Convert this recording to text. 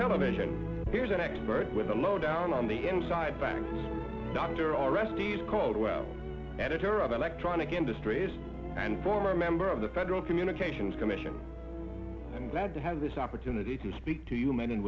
television here's an expert with the lowdown on the inside bank dr r s t s caldwell editor of electronic industries and former member of the federal communications commission i'm glad to have this opportunity to speak to you men and